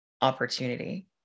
opportunity